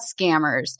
scammers